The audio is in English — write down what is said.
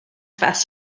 fast